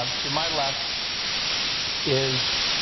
ah to my left is